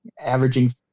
averaging